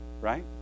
Right